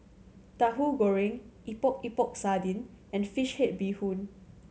Tahu Goreng Epok Epok Sardin and fish head bee hoon